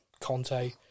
Conte